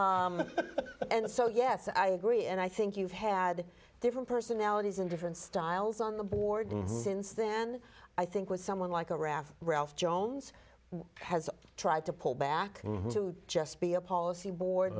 joy and so yes i agree and i think you've had different personalities and different styles on the board since then i think was when like a raft ralph jones has tried to pull back to just be a policy